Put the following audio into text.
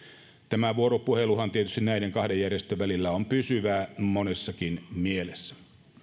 tämä vuoropuhelu näiden kahden järjestön välillähän on tietysti pysyvää monessakin mielessä